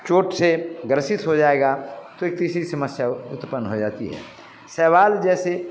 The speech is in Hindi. चोंट से ग्रसित हो जाएगा तो एक तीसरी समस्या उत्पन्न हो जाती है सवाल जैसे